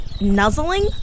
nuzzling